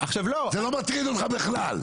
זה לא מטריד אותך בכלל,